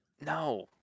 No